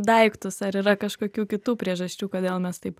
daiktus ar yra kažkokių kitų priežasčių kodėl mes taip